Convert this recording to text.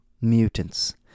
mutants